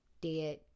dead